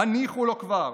הניחו לו כבר?